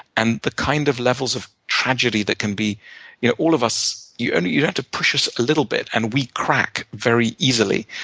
and the kind of levels of tragedy that can be you know all of us, you only have to push us a little bit, and we crack very easily,